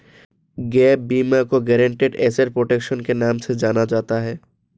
gap बीमा को guaranteed asset protection के नाम से जाना जाता है